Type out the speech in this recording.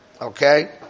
okay